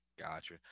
Gotcha